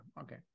Okay